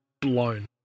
blown